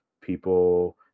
people